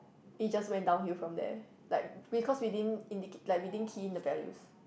it just went downhill from there like because we didn't indic~ like we didn't key in the values